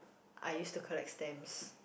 I used to collect stamps